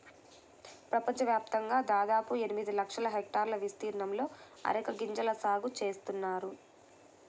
ప్రపంచవ్యాప్తంగా దాదాపు ఎనిమిది లక్షల హెక్టార్ల విస్తీర్ణంలో అరెక గింజల సాగు చేస్తున్నారు